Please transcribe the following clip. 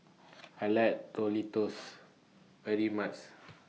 I like very much